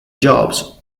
jobs